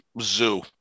zoo